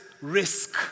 risk